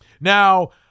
Now